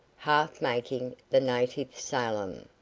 half making the native salaam,